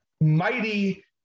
mighty